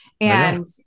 And-